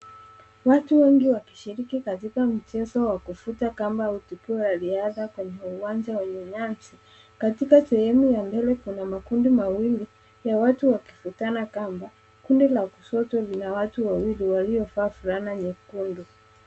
Watu wengi wakishiriki katika mchezo wa kuvuta kamba au kituo ya riadha kwenye uwanja wenye nyasi, katika sehemu ya mbele kuna makundi mawili ya watu wakivutana kamba, kundi la kushoto lina watu wawili walioovaa fulana nyekundu.